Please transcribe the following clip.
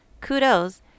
kudos